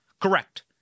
Correct